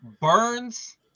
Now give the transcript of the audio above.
Burns